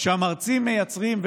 שהמרצים מייצרים,